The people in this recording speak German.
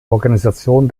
organisation